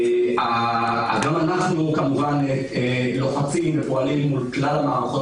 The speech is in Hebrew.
גם אנחנו כמובן לוחצים ופועלים מול כלל המערכות.